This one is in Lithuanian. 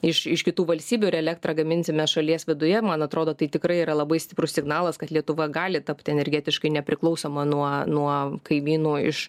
iš iš kitų valstybių ir elektrą gaminsime šalies viduje man atrodo tai tikrai yra labai stiprus signalas kad lietuva gali tapti energetiškai nepriklausoma nuo nuo kaimynų iš